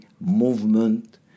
movement